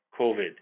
COVID